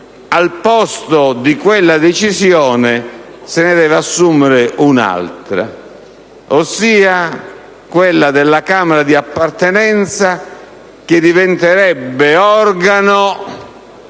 al posto di quella decisione se ne deve assumere un'altra, ossia quella della Camera di appartenenza, che diventerebbe organo